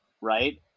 right